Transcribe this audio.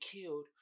killed